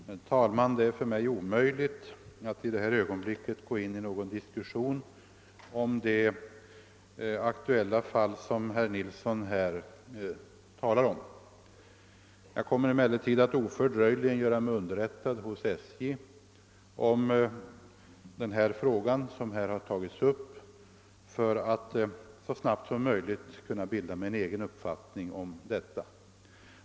Herr talman! Det är omöjligt för mig att i detta ögonblick gå in i någon diskussion om det fall, som herr Nilsson i Tvärålund talar om. Jag kommer emellertid ofördröjligen att göra mig underrättad hos SJ om förhållandena i den fråga som tagits upp för att så snabbt som möjligt kunna bilda mig en egen uppfattning.